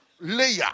layer